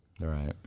Right